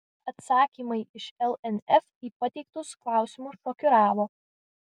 atsakymai iš lnf į pateiktus klausimus šokiravo